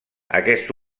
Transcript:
aquest